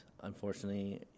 unfortunately